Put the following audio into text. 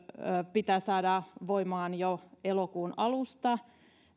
pitää saada voimaan jo elokuun alusta